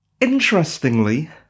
Interestingly